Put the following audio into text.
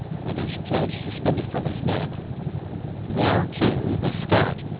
with his pledge suspended from his neck there, too, the scot,